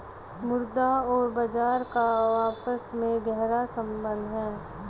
मुद्रा और बाजार का आपस में गहरा सम्बन्ध है